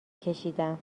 کشیدم